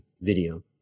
video